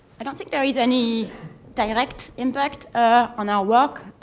i don't think there is any direct impact on our work,